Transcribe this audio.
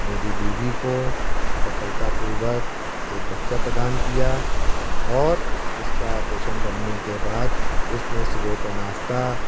मेरी बीवी को सफलतापूर्वक एक बच्चा प्रदान किया और उसका ऑपरेशन करने के बाद सुबह का नाश्ता